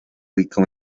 rica